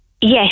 Yes